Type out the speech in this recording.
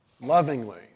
lovingly